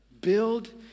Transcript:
Build